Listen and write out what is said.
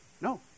No